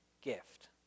gift